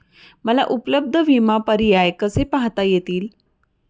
मला उपलब्ध विमा पर्याय कसे पाहता येतील?